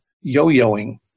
yo-yoing